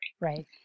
Right